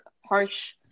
harsh